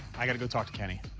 i gotta go talk to kenny.